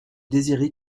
désirez